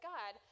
God